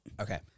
Okay